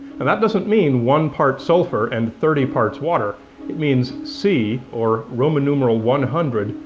and that doesn't mean one part sulphur and thirty parts water it means c, or roman numeral one hundred,